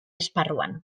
esparruan